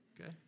Okay